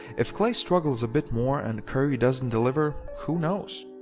if klay struggles a bit more and curry doesn't deliver, who knows.